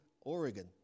Oregon